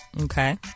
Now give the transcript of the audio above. Okay